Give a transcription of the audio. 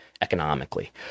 economically